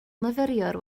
myfyriwr